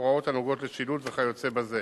הוראות הנוגעות לשילוט וכיוצא בזה.